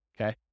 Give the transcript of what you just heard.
okay